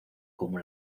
como